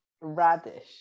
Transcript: radish